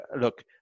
look